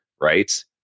right